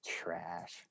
Trash